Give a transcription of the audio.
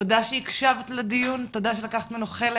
תודה שהקשבת לדיון ותודה שלקחת ממנו חלק